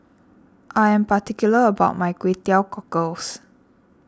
I am particular about my Kway Teow Cockles